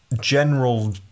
general